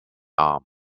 arm